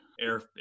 air